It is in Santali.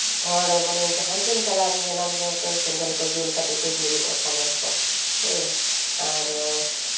ᱦᱚᱲ ᱢᱟᱱᱮ ᱡᱟᱦᱟᱸ ᱨᱮᱜᱮᱢ ᱪᱟᱞᱟᱜᱼᱟ ᱧᱮᱞᱟᱢ ᱧᱮᱞᱟᱢ ᱡᱮ ᱥᱮᱸᱜᱮᱞ ᱠᱚ ᱡᱩᱞ ᱠᱟᱛᱮᱫ ᱠᱚ ᱡᱳᱨᱳᱜ ᱠᱟᱱᱟ ᱠᱚ ᱦᱮᱸ ᱟᱨ